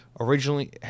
Originally